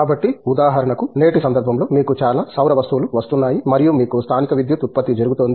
కాబట్టి ఉదాహరణకు నేటి సందర్భంలో మీకు చాలా సౌర వస్తువులు వస్తున్నాయి మరియు మీకు స్థానిక విద్యుత్ ఉత్పత్తి జరుగుతోంది